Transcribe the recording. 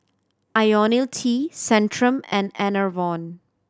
Ionil T Centrum and Enervon